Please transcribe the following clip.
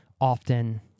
often